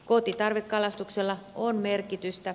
kotitarvekalastuksella on merkitystä